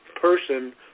person